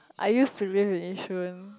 I used to live in Yishun